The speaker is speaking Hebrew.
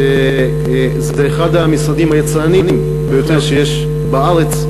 אתה תסכים אתי שזה אחד המשרדים היצרניים ביותר שיש בארץ,